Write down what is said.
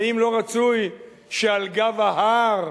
האם לא רצוי שעל גב ההר,